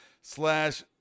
slash